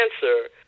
cancer